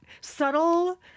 Subtle